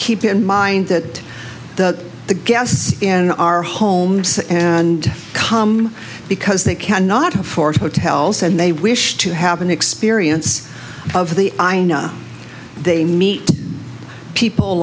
keep in mind that the the guests in our homes and come because they cannot afford hotels and they wish to have an experience of the i know they meet people